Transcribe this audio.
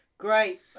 Great